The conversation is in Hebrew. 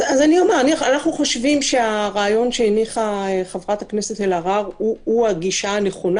אז אנחנו חושבים שהרעיון שהניחה חברת הכנסת אלהרר הוא הגישה הנכונה.